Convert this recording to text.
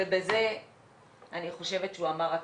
ובזה אני חושבת שהוא אמר הכל.